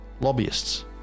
lobbyists